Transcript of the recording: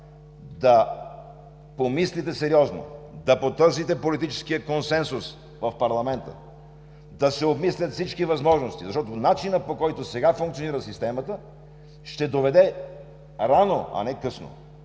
да помислите сериозно, да потърсите политическия консенсус в парламента, да се обмислят всички възможности, защото начинът, по който сега функционира системата, ще доведе рано, а не късно,